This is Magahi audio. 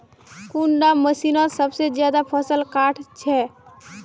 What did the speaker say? कुंडा मशीनोत सबसे ज्यादा फसल काट छै?